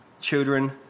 Children